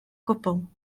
gwbl